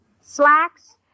Slacks